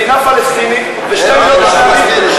דם על הידיים, דם על הידיים.